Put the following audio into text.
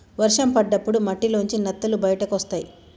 వర్షం పడ్డప్పుడు మట్టిలోంచి నత్తలు బయటకొస్తయ్